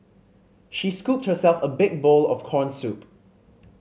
she scooped herself a big bowl of corn soup